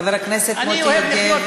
חבר הכנסת מוטי יוגב,